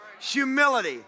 Humility